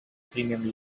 premium